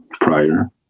prior